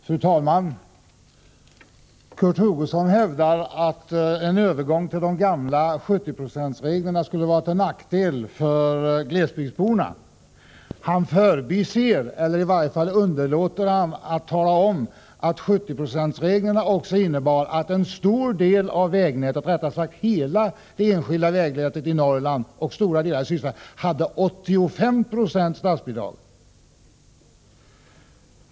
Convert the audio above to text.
Fru talman! Kurt Hugosson hävdar att en övergång till de gamla 70-procentsreglerna skulle vara till nackdel för glesbygdsborna. Han förbiser eller i varje fall underlåter att tala om att 70-procentsreglerna också innebar att en stor del av vägnätet — rättare sagt hela det enskilda vägnätet i Norrland och stora delar i Sydsverige — hade 85 20 statsbidrag.